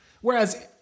Whereas